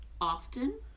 often